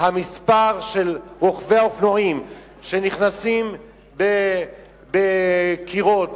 מספר רוכבי האופנועים שנכנסים בקירות,